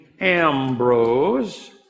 Ambrose